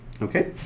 Okay